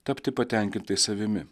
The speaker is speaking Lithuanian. tapti patenkintais savimi